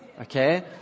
Okay